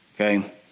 okay